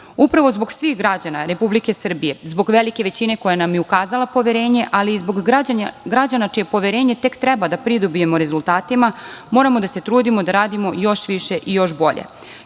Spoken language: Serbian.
zbog svih građana Republike Srbije, zbog velike većine koja nam je ukazala poverenje, ali i zbog građana čije poverenje tek treba da pridobijemo rezultatima, moramo da se trudimo da radimo još više i još bolje.I